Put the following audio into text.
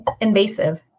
invasive